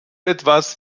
etwas